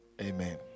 Amen